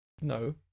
no